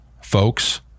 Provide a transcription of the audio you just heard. folks